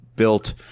built